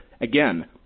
Again